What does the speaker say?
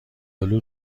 آلو